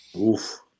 Oof